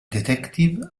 detective